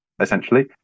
essentially